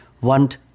want